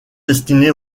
destinés